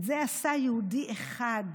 את זה עשה יהודי אחד.